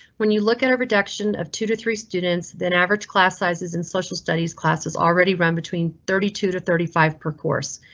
when you look at a reduction of two to three students than average class sizes in social studies classes already run between thirty two to thirty five per course.